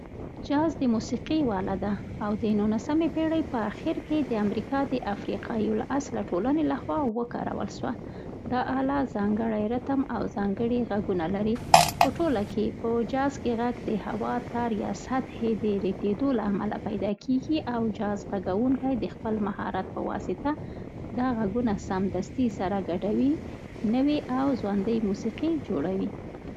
جاز د موسیقۍ یوه اله ده او د نولسمې پېړۍ په اخر کې د امریکا د افریقایي الاصله ټولنې لخوا وکارول سوه. دا اله ځانګړی ریتم او ځانګړي غږونه لري. په ټوله کې؛ په جاز کې غږ د هوا، تار، یا سطحې د رېږد ېدو له امله پيدا کېږي او جاز غږونکی د خپل مهارت په مرسته دا غږونه سمدستي سره ګډوي، نوي او زوندۍ موسیقي جوړوي.